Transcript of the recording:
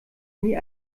nie